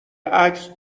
عکس